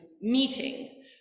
meeting